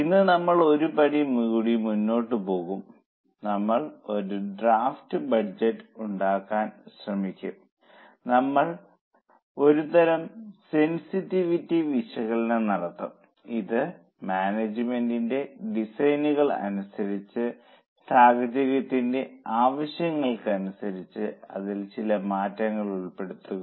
ഇന്ന് നമ്മൾ ഒരു പടി കൂടി മുന്നോട്ട് പോകും നമ്മൾ ഒരു ഡ്രാഫ്റ്റ് ബഡ്ജറ്റ് ഉണ്ടാക്കാൻ ശ്രമിക്കും നമ്മൾ ഒരു തരം സെൻസിറ്റിവിറ്റി വിശകലനം നടത്തും ഇത് മാനേജ്മെന്റിന്റെ ഡിസൈനുകൾ അനുസരിച്ച് സാഹചര്യത്തിന്റെ ആവശ്യങ്ങൾക്കനുസരിച്ച് അതിൽ ചില മാറ്റങ്ങൾ ഉൾപ്പെടുത്തുക